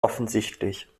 offensichtlich